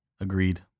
agreed